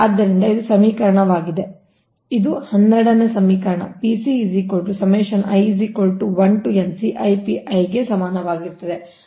ಆದ್ದರಿಂದ ಇದು ಸಮೀಕರಣವಾಗಿದೆ ಇದು ಸಮೀಕರಣ 12 i ಗೆ ಸಮಾನವಾಗಿರುತ್ತದೆ